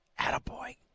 Attaboy